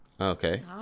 Okay